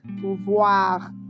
Pouvoir